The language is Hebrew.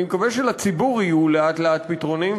אני מקווה שלציבור יהיו לאט-לאט פתרונים,